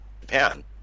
Japan